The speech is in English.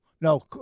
No